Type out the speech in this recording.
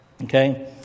Okay